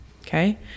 Okay